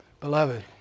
Beloved